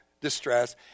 distress